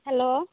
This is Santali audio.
ᱦᱮᱞᱳ